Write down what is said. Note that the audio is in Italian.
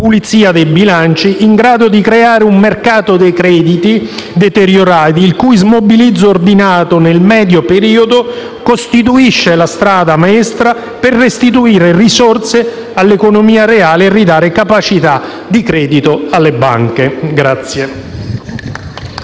pulizia dei bilanci, in grado di creare un mercato dei crediti deteriorati, il cui smobilizzo ordinato, nel medio periodo, costituisce la strada maestra per restituire risorse all'economia reale e ridare capacità di credito alle banche.